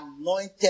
anointed